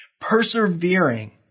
persevering